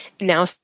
now